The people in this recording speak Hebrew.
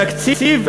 תקציב,